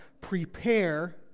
Prepare